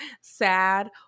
sad